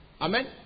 Amen